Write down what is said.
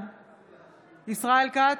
בעד ישראל כץ,